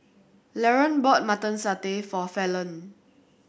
Laron bought Mutton Satay for Fallon